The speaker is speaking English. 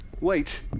wait